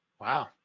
Wow